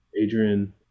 Adrian